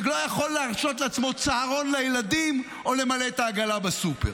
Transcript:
שלא יכול להרשות לעצמו צהרון לילדים או למלא את העגלה בסופר.